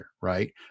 right